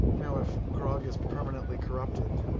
you know if grog is permanently corrupted,